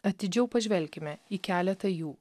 atidžiau pažvelkime į keletą jų